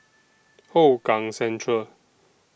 Hougang Central